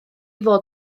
fod